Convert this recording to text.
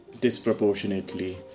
disproportionately